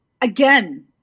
again